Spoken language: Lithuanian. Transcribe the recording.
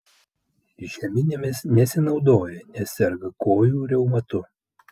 žeminėmis nesinaudoja nes serga kojų reumatu